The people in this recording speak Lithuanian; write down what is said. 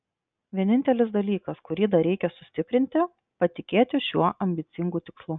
vienintelis dalykas kurį dar reikia sustiprinti patikėti šiuo ambicingu tikslu